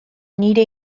nire